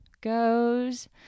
goes